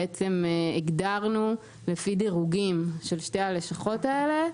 והגדרנו לפי דירוגים של שתי הלשכות האלה,